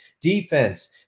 defense